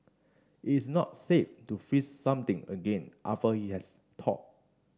it's not safe to freeze something again after it has thawed